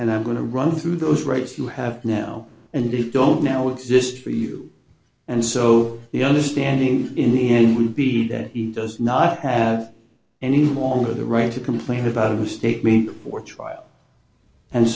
and i'm going to run through those rights you have now and they don't now exist for you and so the understanding in the end would be that he does not have any longer the right to complain about a state made before trial and